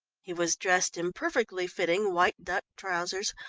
he was dressed in perfectly fitting white duck trousers,